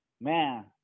man